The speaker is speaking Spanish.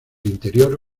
interior